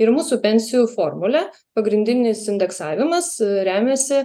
ir mūsų pensijų formulė pagrindinis indeksavimas remiasi